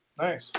nice